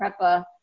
PREPA